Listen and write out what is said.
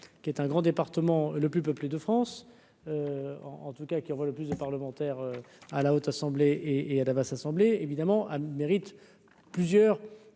qui est un grand département le plus peuplé de France. En tout cas qui envoie le plus de parlementaires à la Haute Assemblée et à Damas Assemblée évidemment mérite plusieurs